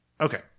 Okay